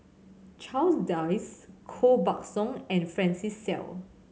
Charles Dyce Koh Buck Song and Francis Seow